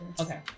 okay